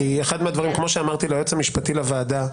אבל כאשר עשו את זה בממשלה הקודמת,